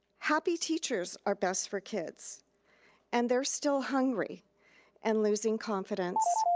happy teachers are best for kids and they're still hungry and losing confidence.